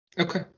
Okay